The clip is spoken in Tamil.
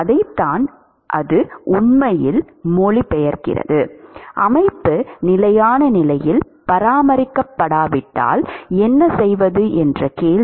அதைத்தான் அது உண்மையில் மொழிபெயர்க்கிறது அமைப்பு நிலையான நிலையில் பராமரிக்கப்படாவிட்டால் என்ன செய்வது என்ற கேள்வி